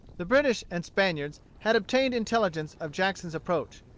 the british and spaniards had obtained intelligence of jackson's approach,